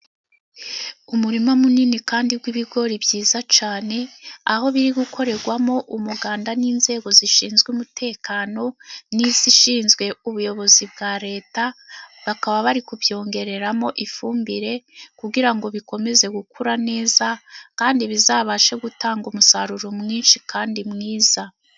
Umurima munini kandi w’ibigori byiza cyane, aho biri gukorerwamo umuganda n’inzego zishinzwe umutekano n’izishinzwe ubuyobozi bwa leta. Bakaba bari kubyongereramo ifumbire kugira ngo bikomeze gukura neza, kandi bizabashe gutanga umusaruro mwinshi kandi mwiza.